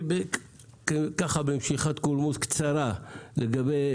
בקצרה לגבי